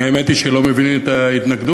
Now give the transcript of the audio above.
האמת היא שאני לא מבין את ההתנגדות.